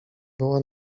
była